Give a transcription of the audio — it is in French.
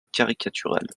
caricatural